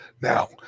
Now